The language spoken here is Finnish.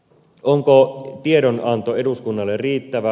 onko tiedonanto eduskunnalle riittävä